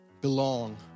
belong